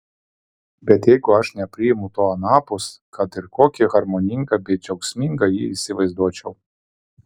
bet jeigu aš nepriimu to anapus kad ir kokį harmoningą bei džiaugsmingą jį įsivaizduočiau